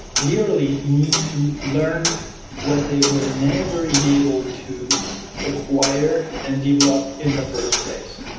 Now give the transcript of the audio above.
literally, need to learn what they were never enabled to acquire and develop in the first place,